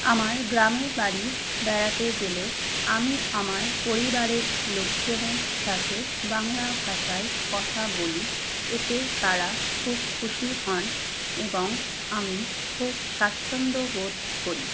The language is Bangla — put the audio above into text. আমার গ্রামের বাড়ি বেড়াতে গেলে আমি আমার পরিবারের লোকজনের সাথে বাংলা ভাষায় কথা বলি এতে তারা খুব খুশি হন এবং আমি খুব স্বাচ্ছন্দ্য বোধ করি